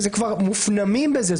הם כבר מופנמים בזה.